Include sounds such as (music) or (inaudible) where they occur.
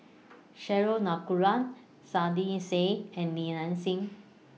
Cheryl (unintelligible) Saiedah Said and Li Nanxing